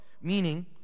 Meaning